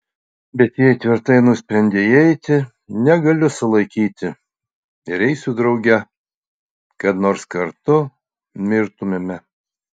bet jei tvirtai nusprendei eiti negaliu sulaikyti ir eisiu drauge kad nors kartu mirtumėme